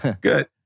Good